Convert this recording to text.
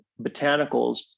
botanicals